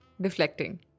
deflecting